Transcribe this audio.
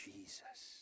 Jesus